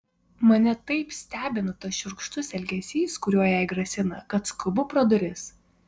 mane taip stebina tas šiurkštus elgesys kuriuo jai grasina kad skubu pro duris